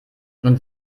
nun